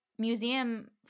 Museum